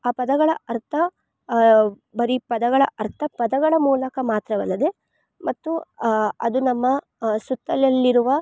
ಆ ಪದಗಳ ಅರ್ಥ ಬರಿ ಪದಗಳ ಅರ್ಥ ಪದಗಳ ಮೂಲಕ ಮಾತ್ರವಲ್ಲದೆ ಮತ್ತು ಅದು ನಮ್ಮ ಸುತ್ತಲಲ್ಲಿರುವ